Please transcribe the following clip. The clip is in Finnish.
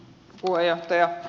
arvoisa puheenjohtaja